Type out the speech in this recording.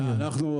אנחנו,